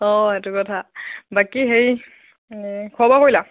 অঁ সেইটো কথা বাকী হেৰি খোৱা বোৱা কৰিলা